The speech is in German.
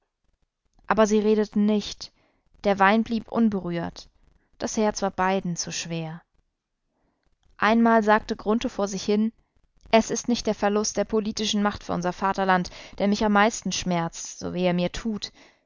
aber sie redeten nicht der wein blieb unberührt das herz war beiden zu schwer einmal sagte grunthe vor sich hin es ist nicht der verlust der politischen macht für unser vaterland der mich am meisten schmerzt so weh er mir tut